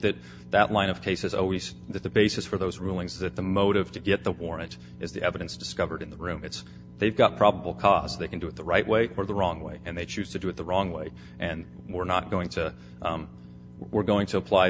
that that line of case is always the basis for those rulings that the motive to get the warrant is the evidence discovered in the room it's they've got probable cause they can do it the right way or the wrong way and they choose to do it the wrong way and we're not going to we're going to apply